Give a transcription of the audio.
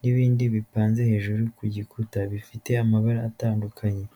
n'ibindi bipanze hejuru ku gikuta bifite amabara atandukanye.